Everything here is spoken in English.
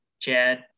Chad